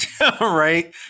Right